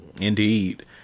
Indeed